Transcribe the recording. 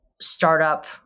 startup